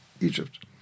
Egypt